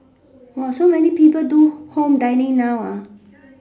!wah! so many people do home dining now ah